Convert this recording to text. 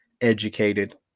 educated